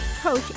coach